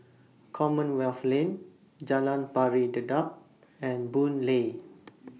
Commonwealth Lane Jalan Pari Dedap and Boon Lay